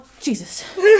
Jesus